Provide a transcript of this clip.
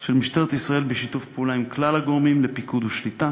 של משטרת ישראל בשיתוף פעולה עם כלל הגורמים לפיקוד ושליטה